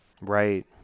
Right